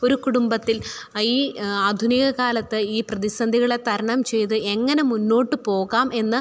ഒരു കുടുംബത്തിൽ ഈ ആധുനിക കാലത്ത് ഈ പ്രതിസന്ധികളെ തരണം ചെയ്ത് എങ്ങനെ മുന്നോട്ടു പോകാം എന്ന്